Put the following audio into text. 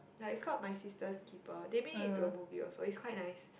like it's called My Sister's Keeper they made it into a movie also it's quite nice